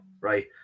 right